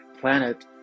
planet